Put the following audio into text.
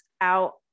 out